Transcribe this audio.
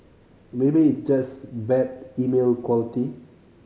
maybe it's just bad email quality